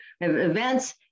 events